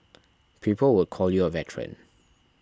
people would call you a veteran